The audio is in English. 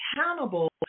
accountable